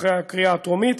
לאחר הקריאה הטרומית,